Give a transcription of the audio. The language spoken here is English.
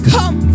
Come